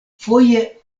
foje